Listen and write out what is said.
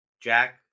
Jack